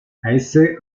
heiße